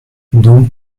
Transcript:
thou